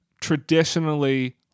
traditionally